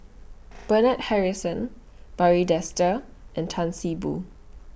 Bernard Harrison Barry Desker and Tan See Boo